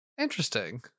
Interesting